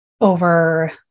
over